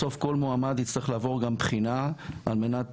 בסוף כל מועמד יצטרך לעבור גם בחינה על מנת